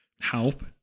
help